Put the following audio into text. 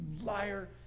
liar